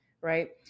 Right